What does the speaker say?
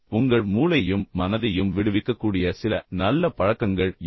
உங்கள் மூளையையும் மனதையும் விடுவிக்கக்கூடிய சில நல்ல பழக்கங்கள் யாவை